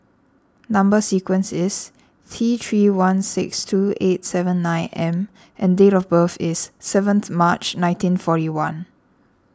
Number Sequence is T three one six two eight seven nine M and date of birth is seventh March nineteen forty one